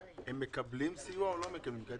הם מקבלים סיוע או לא מקבלים?